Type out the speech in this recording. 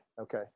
okay